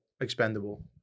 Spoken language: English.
expendable